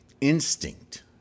instinct